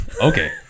okay